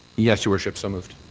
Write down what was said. yes, your worship so moved.